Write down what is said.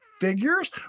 figures